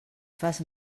fas